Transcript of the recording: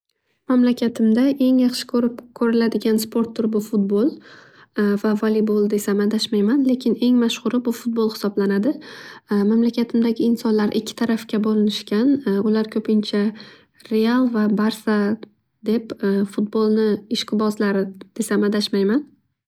Mamlakatimda eng yaxshi ko'rib ko'riladigan sport turi bu futbol va veleybo'l desam adashmayman. Lekin eng mashhuri bu futbol hisoblanadi. Mamlakatimdagi insonlar ikki tarafga bo'linishgan. Bular ko'pincha real va barsa deb futbolni ishqibozlari desam adashmayman.